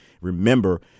Remember